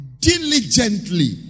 diligently